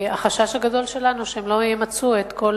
והחשש הגדול שלנו הוא שהם לא ימצו את כל